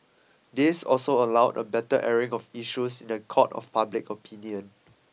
this also allowed a better airing of issues in the court of public opinion